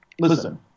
listen